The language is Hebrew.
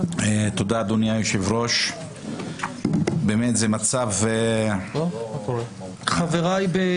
תודה, אדוני היושב-ראש, זה באמת מצב לא נורמלי,